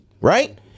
right